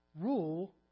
rule